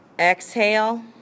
Exhale